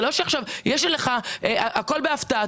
זה לא שעכשיו הכול בהפתעה.